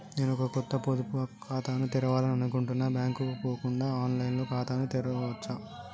నేను ఒక కొత్త పొదుపు ఖాతాను తెరవాలని అనుకుంటున్నా బ్యాంక్ కు పోకుండా ఆన్ లైన్ లో ఖాతాను తెరవవచ్చా?